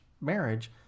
marriage